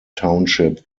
township